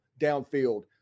downfield